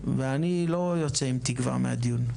ואני לא יוצא עם תקווה מהדיון.